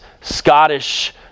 Scottish